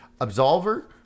Absolver